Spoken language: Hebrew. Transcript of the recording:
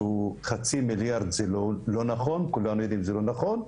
שהוא חצי מיליארד - כולנו יודעים שזה לא נכון,